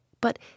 But